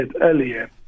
earlier